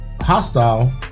hostile